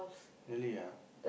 really ah